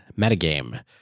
metagame